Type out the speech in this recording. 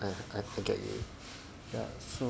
!aiya! I forget already ya so